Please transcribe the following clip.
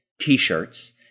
t-shirts